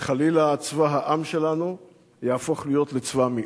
שחלילה צבא העם שלנו יהפוך להיות צבא מיעוט.